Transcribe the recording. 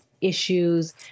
issues